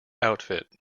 outfit